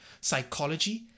psychology